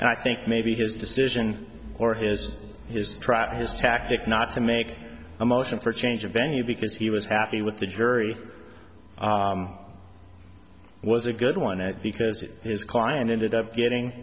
and i think maybe his decision or his his trap his tactic not to make a motion for change of venue because he was happy with the jury was a good one it because his client ended up getting